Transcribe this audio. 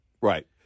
right